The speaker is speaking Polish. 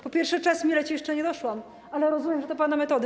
Po pierwsze, czas mi leci, jeszcze nie doszłam, ale rozumiem, że to pana metody.